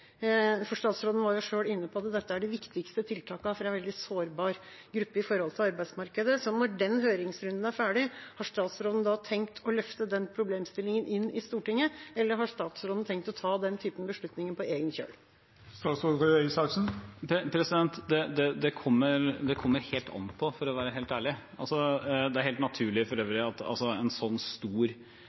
Statsråden var selv inne på at dette er de viktigste tiltakene for en veldig sårbar gruppe med hensyn til arbeidsmarkedet. Så når den høringsrunden er ferdig, har statsråden da tenkt å løfte den problemstillingen inn i Stortinget, eller har statsråden tenkt å ta den typen beslutninger på egen kjøl? Det kommer helt an på, for å være helt ærlig. Det er for øvrig helt naturlig at en så stor sak selvfølgelig vil bli omtalt i f.eks. budsjettdokumenter, som en